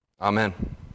Amen